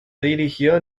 dirigió